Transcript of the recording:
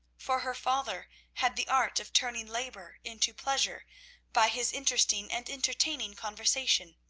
for her father had the art of turning labour into pleasure by his interesting and entertaining conversation.